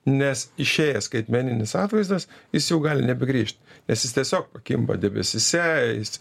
nes išėjęs skaitmeninis atvaizdas jis jau gali nebegrįžt nes jis tiesiog pakimba debesyse jis